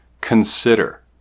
consider